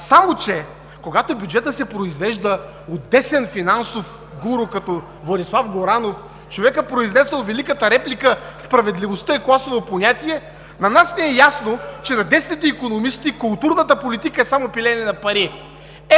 идеи. Когато бюджетът се произвежда от десен финансов гуру, като Владислав Горанов – човекът произнесъл великата реплика „Справедливостта е косово понятие“, на нас ни е ясно, че за десните икономисти културната политика е само пилеене на пари.